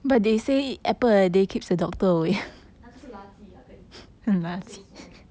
那个是垃圾 lah 跟你讲不懂谁说得